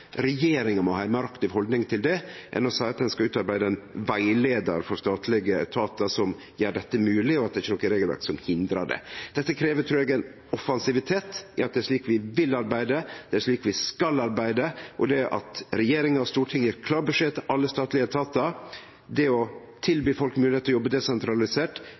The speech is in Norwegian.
Regjeringa må ha ei meir aktiv haldning til det enn å seie at ein skal utarbeide ein rettleiar for statlege etatar som gjer dette mogleg, og at det ikkje er noko regelverk som hindrar det. Dette krev, trur eg, ein offensivitet i at det er slik vi vil arbeide, det er slik vi skal arbeide. Og det at regjering og storting gjev klar beskjed til alle statlege etatar om at det å tilby folk moglegheit til å jobbe desentralisert,